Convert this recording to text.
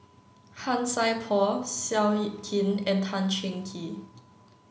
Han Sai Por Seow Yit Kin and Tan Cheng Kee